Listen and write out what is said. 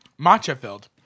matcha-filled